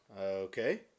Okay